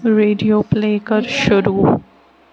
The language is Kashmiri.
ریڈیو پُلے کَر شروٗع